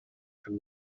from